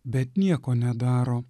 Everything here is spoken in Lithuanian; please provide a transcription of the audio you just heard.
bet nieko nedaro